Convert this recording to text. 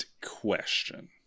question